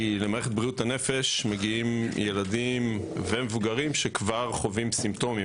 כי למערכת בריאות הנפש מגיעים ילדים ומבוגרים שכבר חווים סימפטומים.